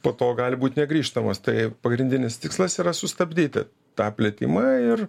po to gali būt negrįžtamas tai pagrindinis tikslas yra sustabdyt tą plitimą ir